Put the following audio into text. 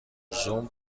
زوم